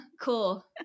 cool